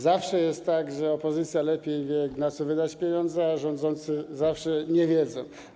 Zawsze jest tak, że opozycja lepiej wie, na co wydać pieniądze, a rządzący zawsze nie wiedzą.